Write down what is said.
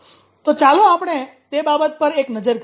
તો ચાલો આપણે તે બાબત પર એક નજર કરીએ